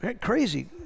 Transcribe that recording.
crazy